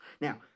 Now